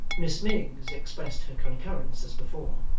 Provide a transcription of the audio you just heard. miss miggs expressed her concurrence as before.